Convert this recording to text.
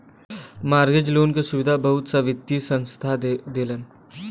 mortgage loan क सुविधा बहुत सा वित्तीय संस्थान देलन